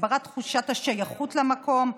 הגברת תחושת השייכות למקום,